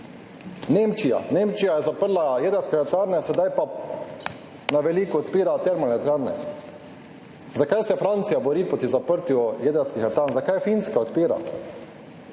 Nemčija je zaprla jedrske elektrarne, sedaj pa na veliko odpira termoelektrarne. Zakaj se Francija bori proti zaprtju jedrskih elektrarn, zakaj jih Finska odpira?